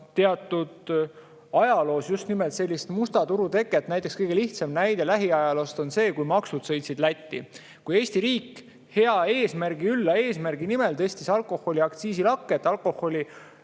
Eesti ajaloos just nimelt sellist musta turu teket. Kõige lihtsam näide lähiajaloost on see, kui maksud sõitsid Lätti. Kui Eesti riik hea eesmärgi, ülla eesmärgi nimel tõstis alkoholiaktsiisi lakke, et alkoholi